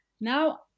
now